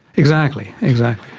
exactly, exactly.